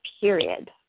period